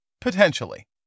Potentially